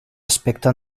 aspecte